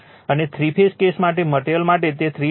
અને three phase case માટેના material માટે તે થ્રી વાયર છે